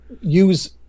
use